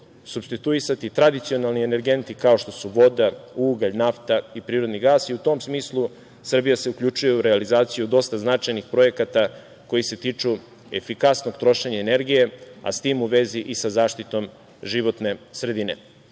supstituisati tradicionalni energenti kao što su voda, ugalj, nafta i prirodni gas. U tom smislu Srbija se uključuje u realizaciju dosta značajnih projekata koji se tiču efikasnog trošenja energije, a s tim u vezi i sa zaštitom životne sredine. Što